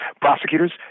prosecutors